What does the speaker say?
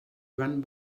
joan